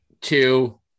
two